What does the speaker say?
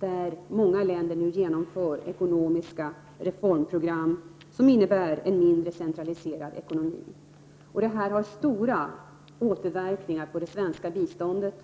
där många länder nu genomför ekonomiska reformprogram som innebär mindre av centraliserad ekonomi, har stora återverkningar på det svenska biståndet.